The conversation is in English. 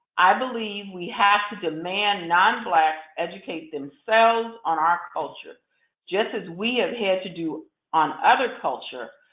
i believe we have to demand non-blacks educate themselves on our culture just as we have had to do on other culture.